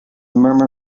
murmur